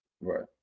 Right